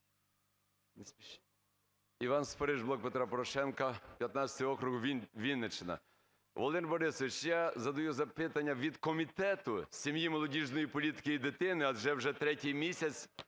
Іван Спориш, "Блок Петра Порошенка", 15-й округ, Вінниччина. Володимир Борисович, я задаю запитання від Комітету сім'ї, молодіжної політики і дитини, адже вже третій місяць